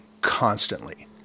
constantly